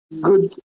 good